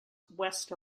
west